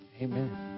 Amen